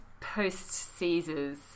post-Caesar's